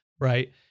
Right